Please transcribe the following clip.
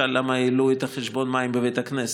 מחר תבוא אלינו ותשאל למה העלו את חשבון המים בבית הכנסת,